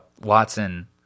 Watson